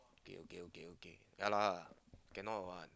okay okay okay okay ya lah cannot what